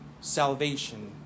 salvation